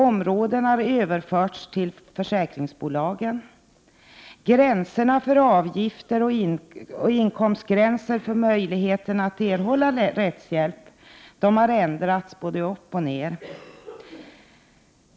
Områden har överförts till försäkringsbolagen. Gränserna för avgifter och inkomstgränserna för möjligheten att erhålla rättshjälp har ändrats både uppåt och neråt.